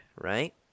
right